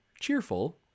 cheerful